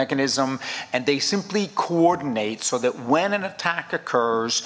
mechanism and they simply coordinate so that when an attack occurs